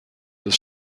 des